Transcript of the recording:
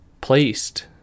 placed